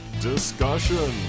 discussion